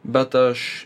bet aš